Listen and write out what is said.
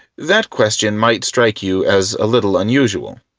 that question might strike you as a little unusual.